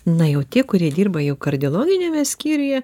na jau tie kurie dirba jau kardiologiniame skyriuje